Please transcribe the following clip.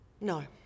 no